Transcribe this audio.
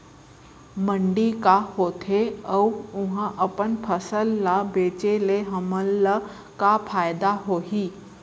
मंडी का होथे अऊ उहा अपन फसल ला बेचे ले हमन ला का फायदा होही?